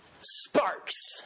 Sparks